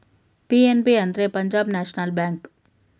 PNB ಅಂದ್ರೆ Punjab National bank